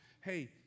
Hey